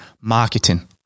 marketing